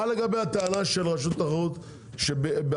מה לגבי הטענה שרשות התחרות נתנה לכם